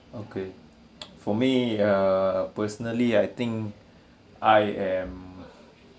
okay for me ya personally I think I am